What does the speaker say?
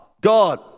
God